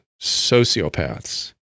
sociopaths